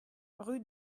rue